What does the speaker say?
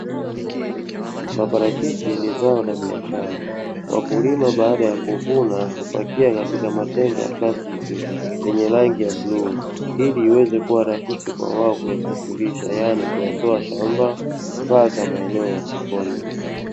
Maparachichi ni zao la biashara, wakulima baada ya kuvuna na kupakia kwenye matenga ya plastiki yenye rangi ya bluu ili iweze kuwa rahisi kwa wao kusafirisha, yaani kuyatoa shamba mpaka maeneo ya sokoni.